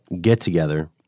get-together